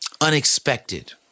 unexpected